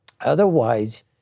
otherwise